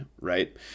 right